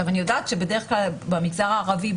אני יודעת שבדרך כלל במגזר הערבי,